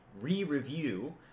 re-review